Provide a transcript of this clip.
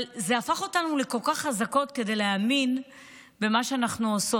אבל זה הפך אותנו לכל כך חזקות כדי להאמין במה שאנחנו עושות.